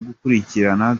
gukurikirana